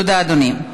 תודה, אדוני.